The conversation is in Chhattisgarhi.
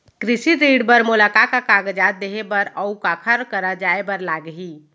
कृषि ऋण बर मोला का का कागजात देहे बर, अऊ काखर करा जाए बर लागही?